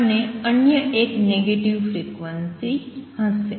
અને અન્ય એક નેગેટિવ ફ્રિક્વન્સી થશે